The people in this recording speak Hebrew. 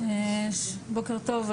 בוקר טוב.